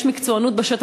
יש מקצוענות בשטח.